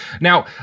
now